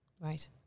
Right